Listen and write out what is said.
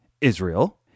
Israel